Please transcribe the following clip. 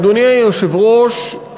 אדוני היושב-ראש,